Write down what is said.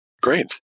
Great